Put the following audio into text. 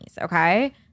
okay